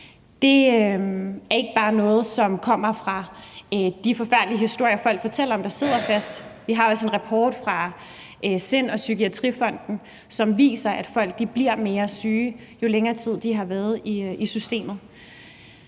Det er ikke bare noget, som kommer fra de forfærdelige historier, folk, der sidder fast, fortæller. Vi har også en rapport fra SIND og Psykiatrifonden, som viser, at folk bliver mere syge, jo længere tid de har været i systemet.